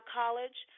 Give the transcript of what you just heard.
college